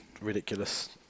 ridiculous